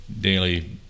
daily